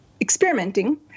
experimenting